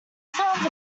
sounds